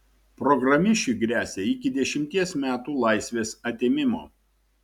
programišiui gresia iki dešimties metų laisvės atėmimo